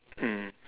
mm